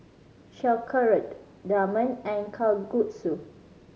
Sauerkraut Ramen and Kalguksu